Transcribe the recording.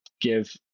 give